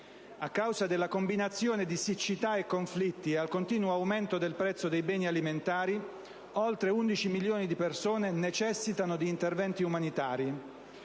A causa della combinazione di siccità e conflitti e al continuo aumento del prezzo dei beni alimentari, oltre 11 milioni di persone necessitano di interventi umanitari.